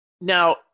Now